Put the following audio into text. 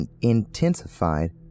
intensified